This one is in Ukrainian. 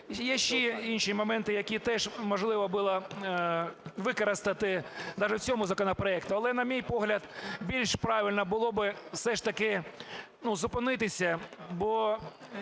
Є ще інші моменти, які теж, можливо, було використати даже в цьому законопроекті. Але, на мій погляд, більш правильно було би все ж